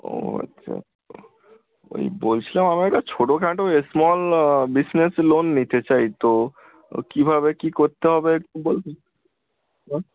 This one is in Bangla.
ও আচ্ছা ওই বলছিলাম আমি একটা ছোটোখাটো স্মল বিজনেস লোন নিতে চাই তো কীভাবে কী করতে হবে একটু বলবেন হুম